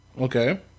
okay